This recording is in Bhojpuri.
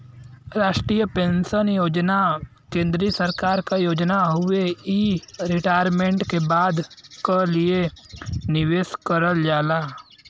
राष्ट्रीय पेंशन योजना केंद्रीय सरकार क योजना हउवे इ रिटायरमेंट के बाद क लिए निवेश करल जाला